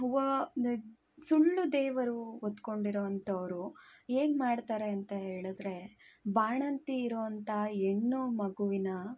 ಸುಳ್ಳು ದೇವರು ಹೊತ್ಕೊಂಡಿರೊ ಅಂಥವ್ರು ಹೇಗ್ ಮಾಡ್ತಾರೆ ಅಂತ ಹೇಳಿದ್ರೆ ಬಾಣಂತಿ ಇರೋವಂಥ ಹೆಣ್ಣು ಮಗುವಿನ